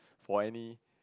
for any